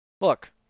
Look